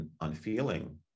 unfeeling